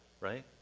right